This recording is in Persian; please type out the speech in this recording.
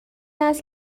است